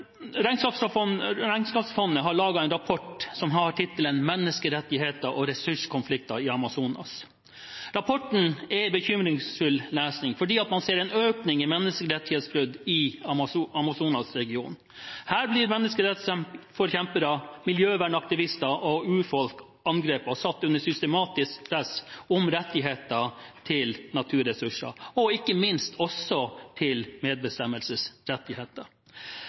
en rapport som har tittelen «Menneskerettigheter og ressurskonflikter i Amazonas». Rapporten er bekymringsfull lesning, for man ser en økning i menneskerettighetsbrudd i Amazonas-regionen. Her blir menneskerettsforkjempere, miljøvernaktivister og urfolk angrepet og satt under systematisk press når det gjelder rettigheter til naturressurser, og ikke minst også til medbestemmelsesrettigheter.